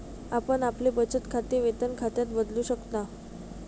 आपण आपले बचत खाते वेतन खात्यात बदलू शकता